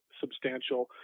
substantial